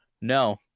no